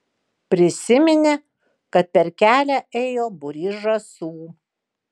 prisiminė kad per kelią ėjo būrys žąsų